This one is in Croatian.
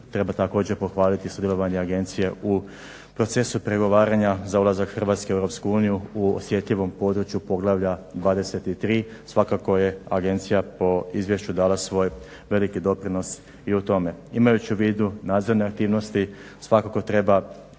Treba također pohvaliti sudjelovanje agencije u procesu pregovaranja za ulazak Hrvatske u EU u osjetljivom području poglavlja 23. Svakako je agencija po izvješću dala svoj veliki doprinos i u tome. Imajući u vidu nadzorne aktivnosti svakako treba